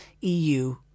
EU